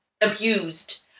abused